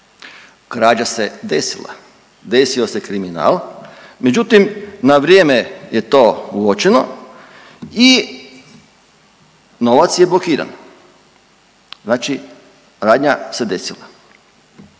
Krađa se desila, desio se kriminal, međutim na vrijeme je to uočeno i novac je blokiran, znači radnja se desila.